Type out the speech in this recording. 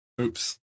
Oops